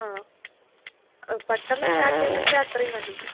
ആ പെട്ടെന്ന് സ്റ്റാർട്ട് ചെയ്യാൻ പറ്റിയാൽ അത്രയും നല്ലത്